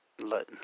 let